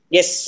Yes